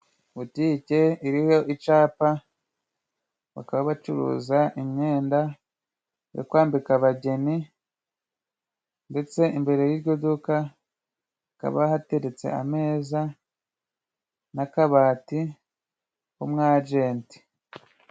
Butike iriho icyapa, bakabacuruza imyenda yo kwambika abageni, ndetse imbere y'iryo duka hakaba hateretse ameza, n'akabati k'umwagenti.